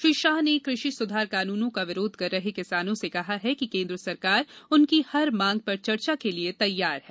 श्री शाह ने कृषि सुधार कानूनों का विरोध कर रहे किसानों से कहा है कि केन्द्र सरकार उनकी हर मांग पर चर्चा के लिए तैयार है